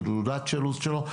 את תעודת הזהות שלו,